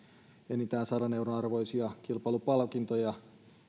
enintään sadan euron arvoisia kilpailupalkintoja